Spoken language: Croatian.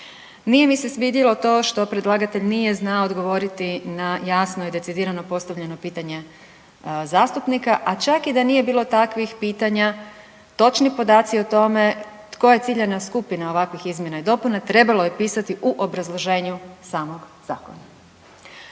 Nije mi se svidjelo to što predlagatelj nije znao odgovoriti na jasno i decidirano postavljeno pitanje zastupnika, a čak i da nije bilo takvih pitanja, točni podaci o tome tko je ciljana skupina ovakvih izmjena i dopuna trebalo je pisati u obrazloženju samog zakona.